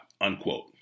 unquote